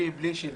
אותי הוא שכנע.